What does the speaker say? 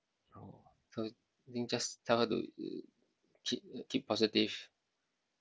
so think just tell her to to keep keep positive